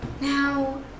Now